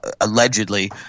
allegedly